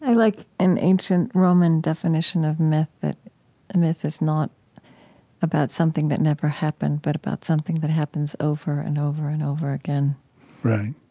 like an ancient roman definition of myth that myth is not about something that never happened, but about something that happens over and over and over again right.